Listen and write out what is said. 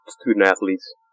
student-athletes